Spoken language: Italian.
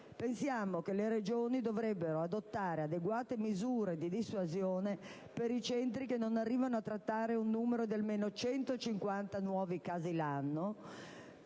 Pensiamo che le Regioni dovrebbero adottare adeguate misure di dissuasione per i centri che non arrivano a trattare un numero di almeno 150 nuovi casi annui,